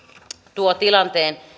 tuo tilanteen